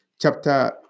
chapter